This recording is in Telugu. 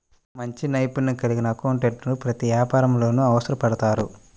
మంచి నైపుణ్యం కలిగిన అకౌంటెంట్లు ప్రతి వ్యాపారంలోనూ అవసరపడతారు